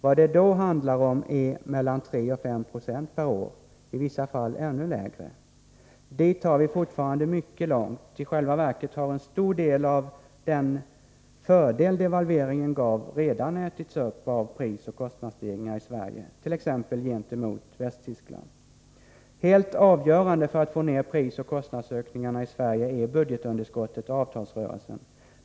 Vad det då handlar om är mellan 3 och 5 96 per år, i vissa fall ännu mindre. Dit har vi fortfarande mycket långt. I själva verket har en stor del av den fördel devalveringen gav redan ätits upp av prisoch kostnadsstegringarna i Sverige, t.ex. gentemot Västtyskland. Helt avgörande för att få ned prisoch kostnadsökningarna i Sverige är budgetunderskottet och avtalsrörelsen.